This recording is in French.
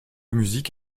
musique